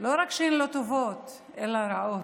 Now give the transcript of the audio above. שלא רק שהן לא טובות אלא הן רעות.